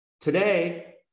Today